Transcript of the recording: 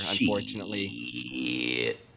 unfortunately